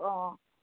অঁ